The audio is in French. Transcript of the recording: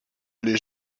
les